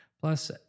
Plus